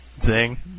Zing